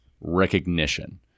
recognition